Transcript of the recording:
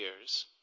years